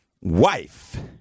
wife